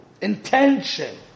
intention